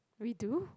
redo